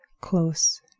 close